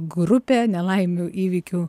grupė nelaimių įvykių